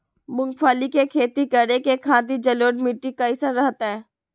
मूंगफली के खेती करें के खातिर जलोढ़ मिट्टी कईसन रहतय?